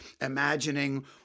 imagining